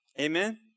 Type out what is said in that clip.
Amen